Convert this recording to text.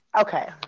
Okay